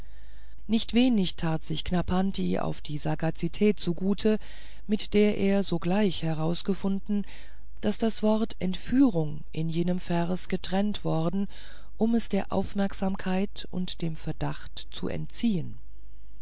nicht wenig tat sich knarrpanti auf die sagazität zugute mit der er sogleich herausgefunden daß das wort entführung in jenem verse getrennt worden um es der aufmerksamkeit und dem verdacht zu entziehen